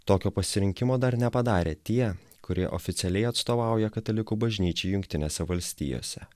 tokio pasirinkimo dar nepadarė tie kurie oficialiai atstovauja katalikų bažnyčiai jungtinėse valstijose